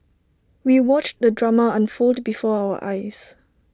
we watched the drama unfold before our eyes